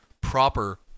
proper